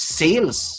sales